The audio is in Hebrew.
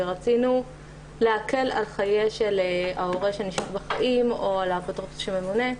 ורצינו להקל על חיי ההורה שנשאר בחיים או על האפוטרופוס שממונה.